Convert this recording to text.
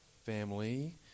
family